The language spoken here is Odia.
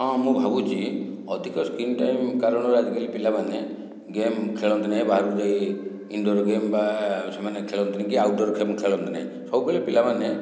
ହଁ ମୁଁ ଭାବୁଛି ଅଧିକ ସ୍କ୍ରିନ୍ ଟାଇମ୍ କାରଣରୁ ଆଜିକାଲି ପିଲାମାନେ ଗେମ୍ ଖେଳନ୍ତି ନାହିଁ ବାହାରକୁ ଯାଇ ଇନଡ଼ୋର୍ ଗେମ୍ ବା ସେମାନେ ଖେଳନ୍ତିନି କି ଆଉଟ୍ଡ଼ୋର୍ ଗେମ୍ ଖେଳନ୍ତି ନାହିଁ ସବୁବେଳେ ପିଲାମାନେ